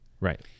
Right